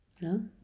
no